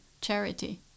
charity